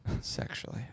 sexually